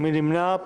מי נמנע?